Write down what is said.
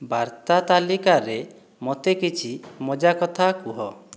ବାର୍ତ୍ତା ତାଲିକାରେ ମୋତେ କିଛି ମଜାକଥା କୁହ